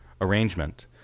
arrangement